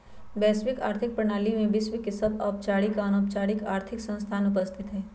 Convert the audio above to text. वैश्विक आर्थिक प्रणाली में विश्व के सभ औपचारिक आऽ अनौपचारिक आर्थिक संस्थान उपस्थित हइ